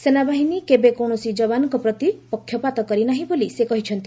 ସେନାବାହିନୀ କେବେ କୌଣସି ଯବାନଙ୍କ ପ୍ରତି ପକ୍ଷପାତ କରିନାହିଁ ବୋଲି ସେ କହିଛନ୍ତି